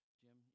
jim